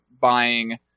buying